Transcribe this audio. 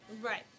right